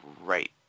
right